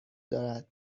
دارد